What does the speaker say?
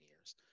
years